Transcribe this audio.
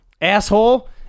Asshole